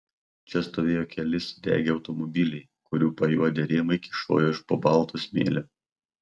čia stovėjo keli sudegę automobiliai kurių pajuodę rėmai kyšojo iš po balto smėlio